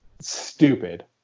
Stupid